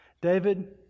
David